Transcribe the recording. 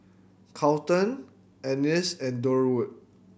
Carlton Annis and Durwood